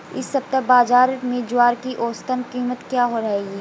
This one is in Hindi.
इस सप्ताह बाज़ार में ज्वार की औसतन कीमत क्या रहेगी?